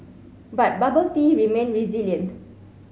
but bubble tea remained resilient